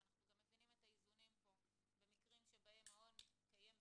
ואנחנו מבינים את האיזונים פה במקרים שבהם מעון מתקיים בסלון,